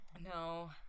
no